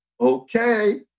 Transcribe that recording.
Okay